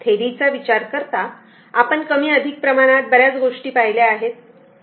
थेरीचा विचार करता आपण कमी अधिक प्रमाणात बऱ्याच गोष्टी पाहिल्या आहेत